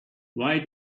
why